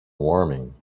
warming